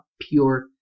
pure